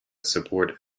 support